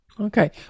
Okay